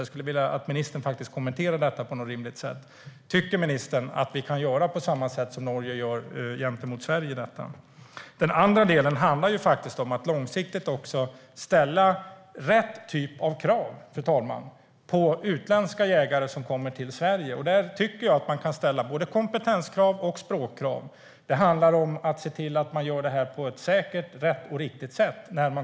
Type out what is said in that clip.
Jag skulle vilja att ministern kommenterar detta på ett rimligt sätt. Tycker ministern att Sverige kan göra på samma sätt som Norge gör gentemot Sverige? Den andra delen handlar om att långsiktigt ställa rätt typ av krav på utländska jägare som kommer till Sverige. Där tycker jag att man kan ställa kompetenskrav och språkkrav. Det handlar om att se till att utföra jakten på ett säkert och riktigt sätt.